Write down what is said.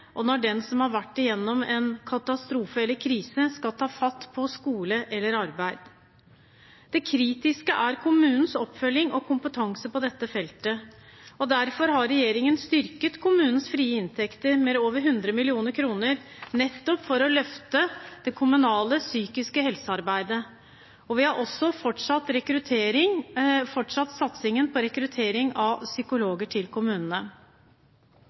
og når den som har vært gjennom en katastrofe eller krise, skal ta fatt på skole eller arbeid. Det kritiske er kommunenes oppfølging og kompetanse på dette feltet. Derfor har regjeringen styrket kommunenes frie inntekter med over 100 mill. kr, nettopp for å løfte det kommunale psykiske helsearbeidet. Vi har også fortsatt satsingen på rekruttering av psykologer til kommunene.